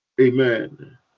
amen